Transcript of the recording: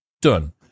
Done